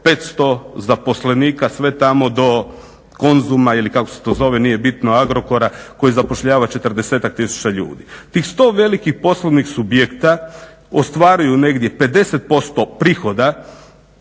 500 zaposlenika, sve tamo do Konzuma ili kako se to zove, nije bitno, Agrokora koji zapošljava 40-tak tisuća ljudi. Tih 100 velikih poslovnih subjekata ostvaruju negdje 50% prihoda